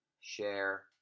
share